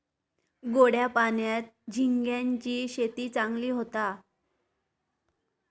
गोड्या पाण्यात झिंग्यांची शेती चांगली होता